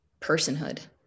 personhood